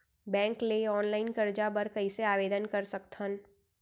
Bank ले online करजा बर कइसे आवेदन कर सकथन?